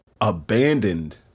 abandoned